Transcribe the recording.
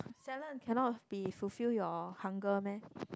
salad cannot be fulfill your hunger meh